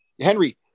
Henry